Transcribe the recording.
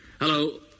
Hello